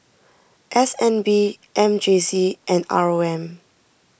S N B M J C and R O M